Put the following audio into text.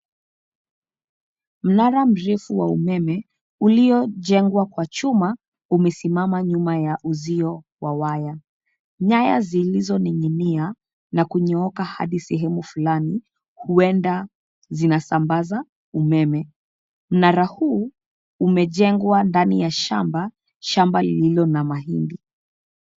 Mnara mrefu wa umeme uliojengwa kwa chuma umesimama nyuma ya uzio wa waya. Nyaya zilizoninginia na kunyooka hadi sehemu fulani huenda zinasambaza umeme. Mnara huu umejengwa ndani ya shamba, shamba lililo na mahindi.